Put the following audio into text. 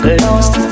lost